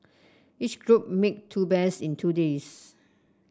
each group made two bears in two days